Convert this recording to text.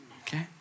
Okay